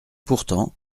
pourtant